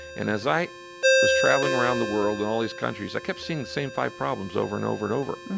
and as i was traveling around the world in all these countries, i kept seeing the same five problems over and over and over